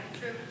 true